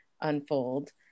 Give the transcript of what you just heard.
unfold